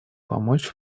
помочь